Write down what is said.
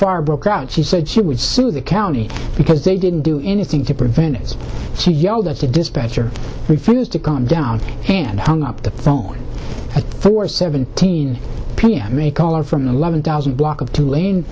car broke out she said she would sue the county because they didn't do anything to prevent it she yelled at the dispatcher refused to calm down and hung up the phone for seventeen p m a caller from the eleven thousand block of two lane